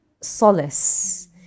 solace